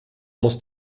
muss